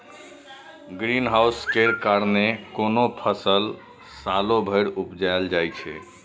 green house केर कारणेँ कोनो फसल सालो भरि उपजाएल जाइ छै